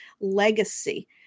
legacy